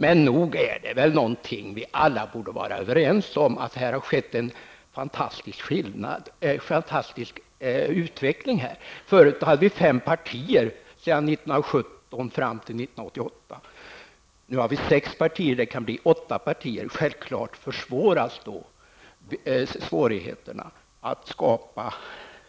Men nog borde vi väl alla vara överens om att det här har skett en fantastisk utveckling. Mellan åren 1917 och 1988 hade vi fem partier. Nu har vi sex partier, och det kan bli åtta. Självfallet blir då svårigheterna större att skapa